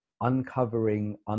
uncovering